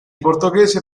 portoghese